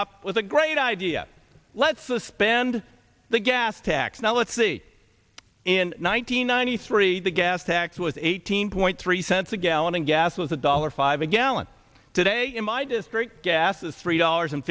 up with a great idea let's suspend the gas tax now let's see in one thousand nine hundred three the gas tax was eighteen point three cents a gallon and gas was a dollar five a gallon today in my district gas is three dollars and